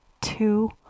two